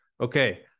okay